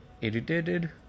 Irritated